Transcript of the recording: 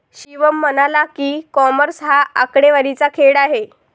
शिवम म्हणाला की, कॉमर्स हा आकडेवारीचा खेळ आहे